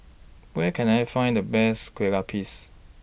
Where Can I Find The Best Kueh Lupis